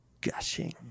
Gushing